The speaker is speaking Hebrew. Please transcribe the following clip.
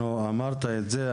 אמרת את זה,